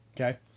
okay